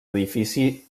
edifici